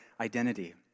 identity